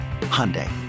Hyundai